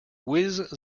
whiz